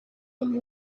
from